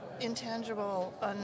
intangible